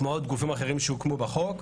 כמו עוד גופים אחרים שהוקמו בחוק.